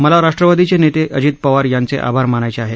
मला राष्ट्रवादीचे नेते अजित पवार यांचे आभार मानायचे आहेत